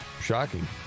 shocking